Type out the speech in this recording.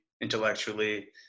intellectually